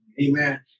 Amen